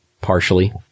Partially